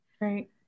right